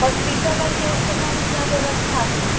Hospitaller के उस समय में क्या व्यबस्था थी